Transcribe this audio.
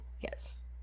yes